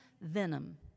venom